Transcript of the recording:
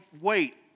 wait